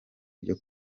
ryo